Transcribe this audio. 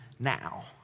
Now